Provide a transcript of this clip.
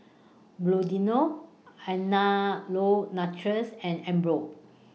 Bluedio Andalou Naturals and Emborg